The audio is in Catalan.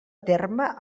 terme